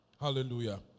Hallelujah